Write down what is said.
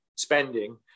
spending